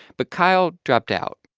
but kyle dropped out.